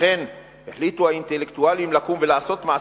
לכן החליטו האינטלקטואלים לקום ולעשות מעשה,